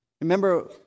Remember